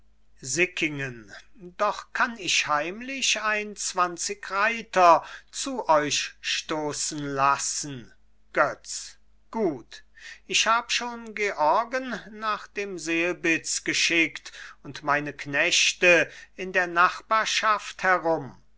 sickingen doch kann ich heimlich ein zwanzig reiter zu euch stoßen lassen götz gut ich hab schon georgen nach dem selbitz geschickt und meine knechte in der nachbarschaft herum